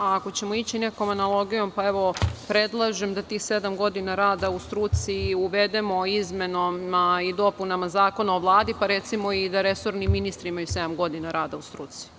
Ako ćemo ići nekom analogijom, pa, evo predlažem da tih sedam godina u struci uvedemo izmenama i dopunama Zakona o Vladi, pa recimo da i resorni ministri imaju sedam godina rada u struci.